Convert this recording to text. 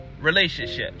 relationships